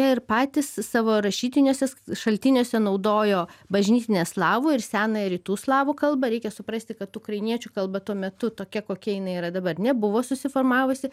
jie ir patys savo rašytiniuose šaltiniuose naudojo bažnytinę slavų ir senąją rytų slavų kalbą reikia suprasti kad ukrainiečių kalba tuo metu tokia kokia jinai yra dabar nebuvo susiformavusi